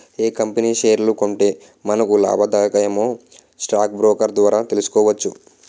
ఏ company షేర్లు కొంటే మనకు లాభాదాయకమో స్టాక్ బ్రోకర్ ద్వారా తెలుసుకోవచ్చు